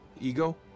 Ego